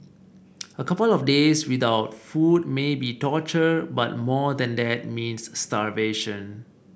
a couple of days without food may be torture but more than that means starvation